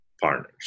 partners